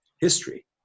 history